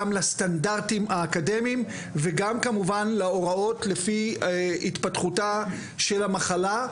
גם לסטנדרטים האקדמיים וגם כמובן להוראות לפי התפתחותה של המחלה,